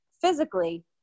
physically